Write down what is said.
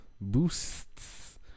Boosts